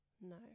no